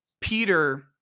Peter